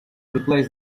replace